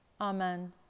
amen